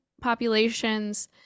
populations